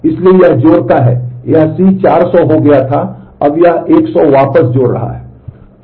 इसलिए यह जोड़ता है कि यह C 400 हो गया था अब यह 100 वापस जोड़ रहा है